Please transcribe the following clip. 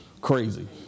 crazy